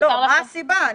מה הסיבה?